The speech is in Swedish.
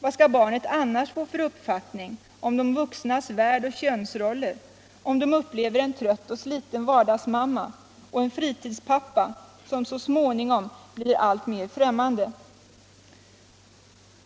Vad skall barnet annars få för uppfattning om de vuxnas värld och könsroller, om de upplever en trött och sliten vardagsmamma och en fritidspappa som så småningom blir alltmer främmande?